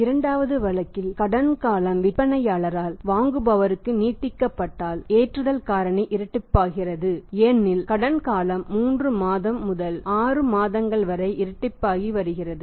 இரண்டாவது வழக்கில் கடன் காலம் விற்பனையாளரால் வாங்குபவருக்கு நீட்டிக்கப்பட்டால் ஏற்றுதல் காரணி இரட்டிப்பாகிறது ஏனெனில் கடன் காலம் 3 முதல் 6 மாதங்கள் வரை இரட்டிப்பாகி வருகிறது